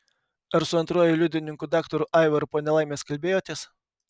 ar su antruoju liudininku daktaru aivaru po nelaimės kalbėjotės